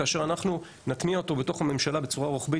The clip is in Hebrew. כאשר אנחנו נטמיע אותו בתוך הממשלה בצורה רוחבית